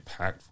impactful